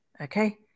Okay